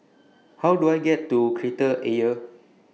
How Do I get to Kreta Ayer